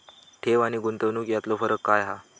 ठेव आनी गुंतवणूक यातलो फरक काय हा?